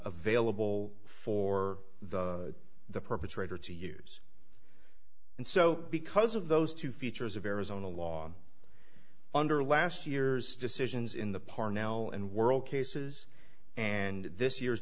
available for the the perpetrator to use and so because of those two features of arizona law under last years decisions in the parnell and world cases and this year's